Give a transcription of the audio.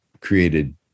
created